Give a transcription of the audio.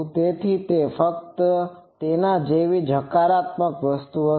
તેથી તે ફક્ત તેના જેવી હકારાત્મક વસ્તુઓ કરશે